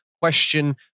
question